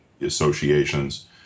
associations